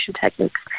techniques